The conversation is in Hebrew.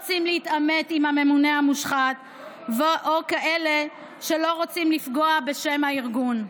רוצים להתעמת עם הממונה המושחת או כאלה שלא רוצים לפגוע בשם הארגון.